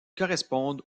correspondent